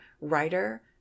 writer